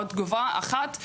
עוד תגובה אחת.